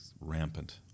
rampant